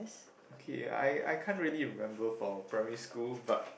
okay I I can't really remember for primary school but